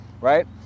right